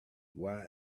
why